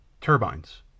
turbines